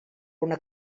una